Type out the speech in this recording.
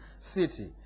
city